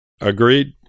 Agreed